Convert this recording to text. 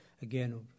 Again